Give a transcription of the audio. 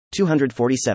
247